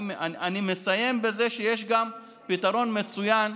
אני מסיים בזה שיש גם פתרון מצוין,